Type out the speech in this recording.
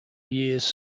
years